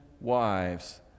wives